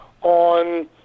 on